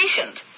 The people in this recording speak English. patient